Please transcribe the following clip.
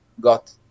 got